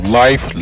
life